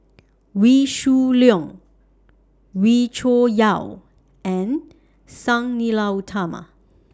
Wee Shoo Leong Wee Cho Yaw and Sang Nila Utama